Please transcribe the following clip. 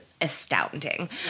astounding